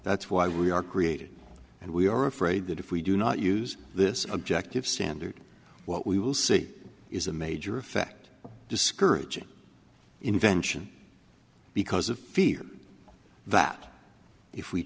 that's why we are created and we are afraid that if we do not use this objective standard what we will see is a major effect discouraging invention because of fear that if we